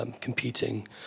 competing